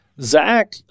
Zach